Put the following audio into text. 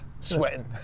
sweating